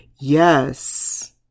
Yes